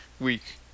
week